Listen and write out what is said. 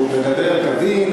הוא מדבר כדין,